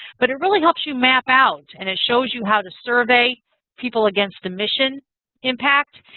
but it really helps you map out and it shows you how to survey people against a mission impact.